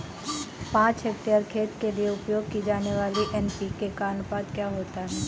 पाँच हेक्टेयर खेत के लिए उपयोग की जाने वाली एन.पी.के का अनुपात क्या होता है?